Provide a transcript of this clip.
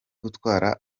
gutwara